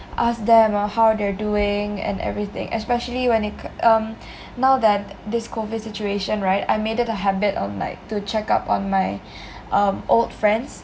ask them uh how they're doing and everything especially when it c~ um now that this COVID situation right I made it a habit on like to check up on my my um old friends